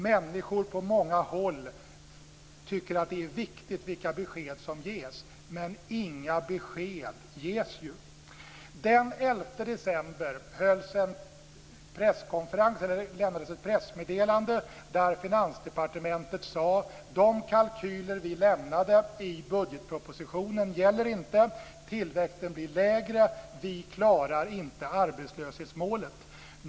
Människor på många håll tycker att det är viktigt vilka besked som ges, men inga besked ges ju. Den 11 december lämnades ett pressmeddelande där man från Finansdepartementet sade: De kalkyler som vi lämnade i budgetpropositionen gäller inte. Tillväxten blir lägre. Vi klarar inte arbetslöshetsmålet.